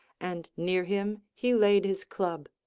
and near him he laid his club,